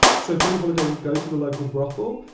so billie holiday would go to the local brothel,